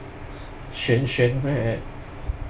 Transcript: xuan xuan meh